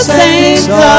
saints